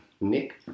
Nick